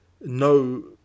no